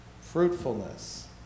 Fruitfulness